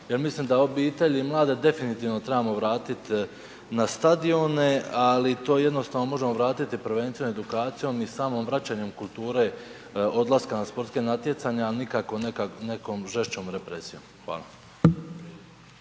Ja mislim da obitelji mlade trebamo vratiti na stadione, ali to jednostavno možemo vratiti prvenstveno edukacijom i samim vraćanjem kulture odlaska na sportska na natjecanja, a nikako nekom žešćom represijom. Hvala.